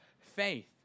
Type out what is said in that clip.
faith